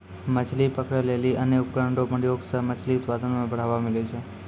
मछली पकड़ै लेली अन्य उपकरण रो प्रयोग से मछली उत्पादन मे बढ़ावा मिलै छै